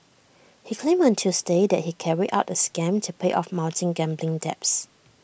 he claimed on Tuesday that he carried out the scam to pay off mounting gambling debts